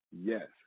yes